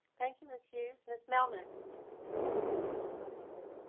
thank you. misuse ms melnick from mr hudson or